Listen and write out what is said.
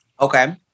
Okay